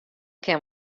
kin